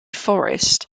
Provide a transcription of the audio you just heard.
forest